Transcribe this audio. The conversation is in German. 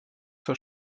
zur